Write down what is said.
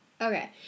Okay